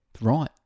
right